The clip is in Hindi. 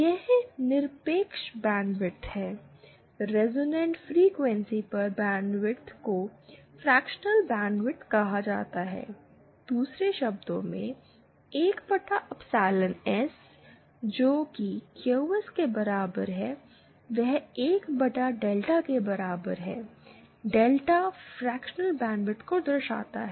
यह निरपेक्ष बैंडविड्थ है रिजोनेंट फ्रिकवेंसी पर बैंडविड्थ को फ्रेक्शनल बैंडविड्थ कहा जाता है दूसरे शब्दों में 1 बटा एप्सिलॉन एस जो कि क्यूएस के बराबर है वह 1 बटा डेल्टा के बराबर है डेल्टा फ्रेक्शनल बैंडविड्थ को दर्शाता है